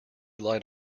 light